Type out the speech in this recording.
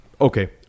okay